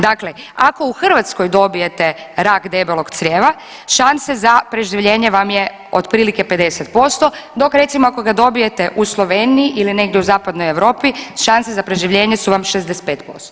Dakle, ako u Hrvatskoj dobijete rak debelog crijeva šansa za preživljenje vam je otprilike 50%, dok recimo ako ga dobijete u Sloveniji ili negdje u zapadnoj Europi šanse za preživljenje su vam 65%